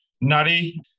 nutty